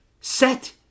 set